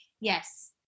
Yes